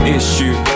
issue